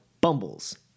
Bumbles